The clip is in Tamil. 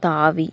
தாவி